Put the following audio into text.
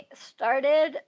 started